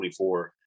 24